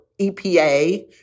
EPA